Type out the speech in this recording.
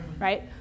right